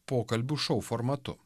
pokalbių šou formatu